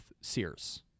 Sears